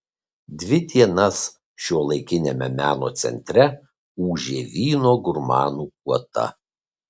dvi dienas šiuolaikiniame meno centre ūžė vyno gurmanų puota